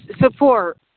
Support